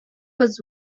was